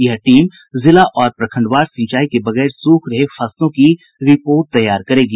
यह टीम जिला और प्रखंडवार सिंचाई के बगैर सूख रहे फसलों की रिपोर्ट तैयार करेगी